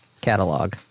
catalog